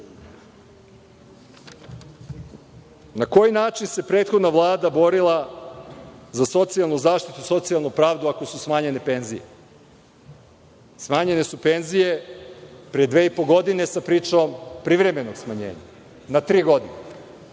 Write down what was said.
koji način se prethodna Vlada borila za socijalnu zaštitu i socijalnu pravdu ako su smanjene penzije? Smanjene su penzije pre dve i po godine sa pričom privremenog smanjenja na tri godine.